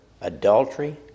adultery